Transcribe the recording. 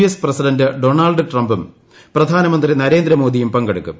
S president Donald ട്രംപും പ്രധാനമന്ത്രി നരേന്ദ്രമോദിയും പങ്കെടുക്കും